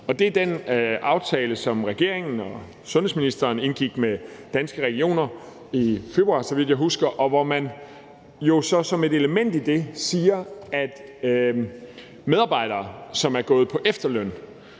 Det er den aftale, som regeringen og sundhedsministeren indgik med Danske Regioner i februar, så vidt jeg husker. Som et element i det siger man, at medarbejdere, som er gået på efterløn,